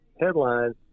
headline